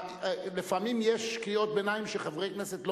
לפעמים יש קריאות ביניים שחברי הכנסת לא